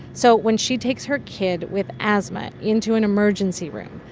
so when she takes her kid with asthma into an emergency room,